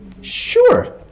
Sure